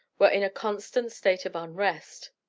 were in a constant state of unrest.